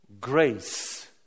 grace